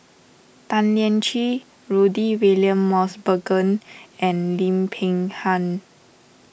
Tan Lian Chye Rudy William Mosbergen and Lim Peng Han